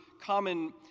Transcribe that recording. common